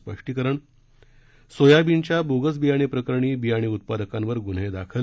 स्पष्टीकरण सोयाबीनच्या बोगस बियाणे प्रकरणी बियाणे उत्पादकांवर गुन्हे दाखल